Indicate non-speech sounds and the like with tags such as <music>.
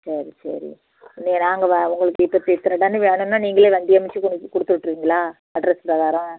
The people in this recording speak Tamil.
சரி சரி இன்னைக்கி நாங்கள் வ உங்களுக்கு <unintelligible> இத்தனை டன்னு வேணும்னா நீங்களே வண்டி அணுச்சி கொண்டு போய் கொடுத்துட்ருவிங்களா அட்ரெஸ் த தரோம்